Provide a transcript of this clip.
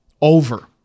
Over